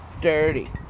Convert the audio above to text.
dirty